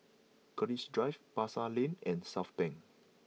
Keris Drive Pasar Lane and Southbank